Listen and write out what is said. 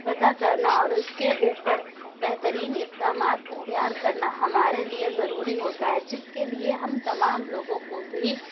پتہ کرنا اور اس کے اوپر بہترین اقدامات اختیار کرنا ہمارے لیے ضروری ہوتا ہے جس کے لیے ہم تمام لوگوں کو بھی